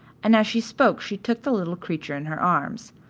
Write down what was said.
and as she spoke she took the little creature in her arms.